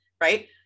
right